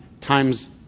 times